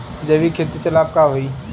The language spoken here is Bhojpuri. जैविक खेती से लाभ होई का?